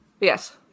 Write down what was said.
Yes